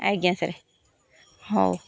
ଆଜ୍ଞା ସାର୍ ହଉ